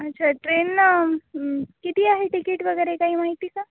अच्छा ट्रेननं किती आहे टिकीट वगैरे काही माहिती का